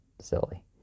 silly